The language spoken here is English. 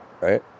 right